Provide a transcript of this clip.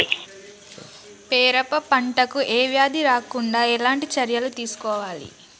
పెరప పంట కు ఏ వ్యాధి రాకుండా ఎలాంటి చర్యలు తీసుకోవాలి?